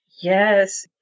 Yes